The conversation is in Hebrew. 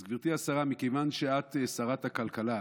אז גברתי השרה, מכיוון שאת שרת הכלכלה,